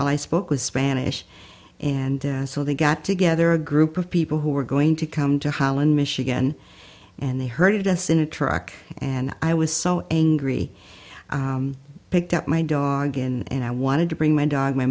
well i spoke with spanish and so they got together a group of people who were going to come to holland michigan and they herded us in a truck and i was so angry picked up my dog and i wanted to bring my dog my